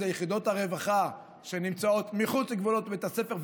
יחידות הרווחה שנמצאות מחוץ לגבולות בית הספר,